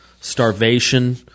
starvation